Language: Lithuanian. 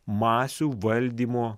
masių valdymo